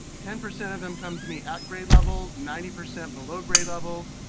ten percent of them come to me at grade level, ninety percent below grade level,